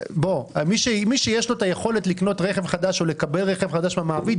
מי שיש לו יכולת לקנות רכב חדש או לקבל רכב חדש מהמעביד,